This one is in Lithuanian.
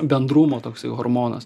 bendrumo toksai hormonas